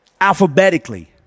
alphabetically